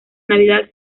navidad